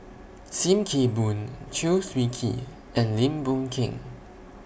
SIM Kee Boon Chew Swee Kee and Lim Boon Keng